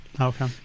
Okay